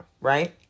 Right